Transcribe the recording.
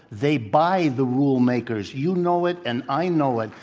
they buy the rule makers. you know it and i know it,